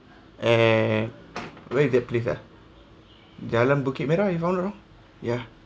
eh wait what is that place ah jalan bukit merah if I'm not wrong ya